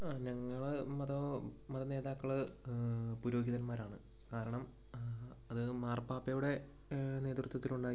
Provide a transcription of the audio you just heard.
ഞങ്ങൾ മത മത നേതാക്കൾ പുരോഹിതൻമാരാണ് കാരണം അത് മാർപാപ്പയുടെ നേതൃത്വത്തിലുണ്ടാക്കിയ